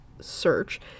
search